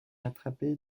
attraper